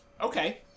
okay